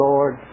Lord